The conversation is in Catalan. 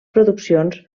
produccions